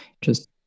just-